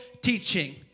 teaching